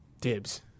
Dibs